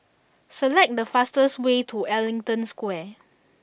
select the fastest way to Ellington Square